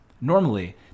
Normally